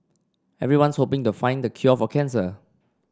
everyone's hoping to find cure for cancer